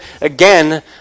again